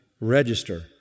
register